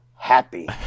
Happy